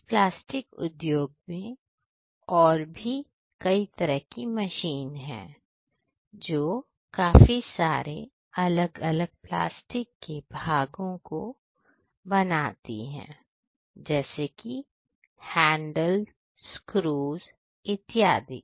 इस प्लास्टिक उद्योग में और भी कई तरह की मशीन है जो काफी सारे अलग अलग प्लास्टिक के भागों को बनाती है जैसे कि हैंडल स्क्रूज इत्यादि